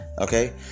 Okay